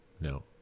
no